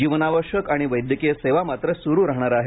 जीवनावश्यक आणि वैद्यकीय सेवा मात्र सुरु राहणार आहेत